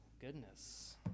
goodness